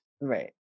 Right